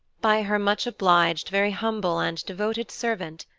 by her much obliged, very humble and devoted servant.